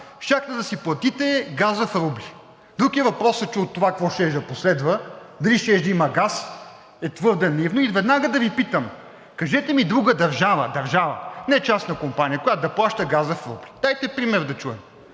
щяхте да си платите газа в рубли. Друг е въпросът какво щеше да последва от това – дали щеше да има газ, е твърде наивно. И веднага да Ви питам – кажете ми друга държава, държава, не частна компания, която да плаща газа в рубли? Дайте пример да чуем,